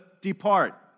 depart